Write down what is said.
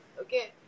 Okay